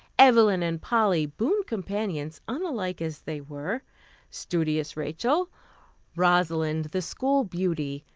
evelyn and polly, boon companions, unlike as they were studious rachel rosalind, the school beauty,